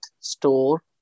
store